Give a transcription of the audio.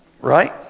right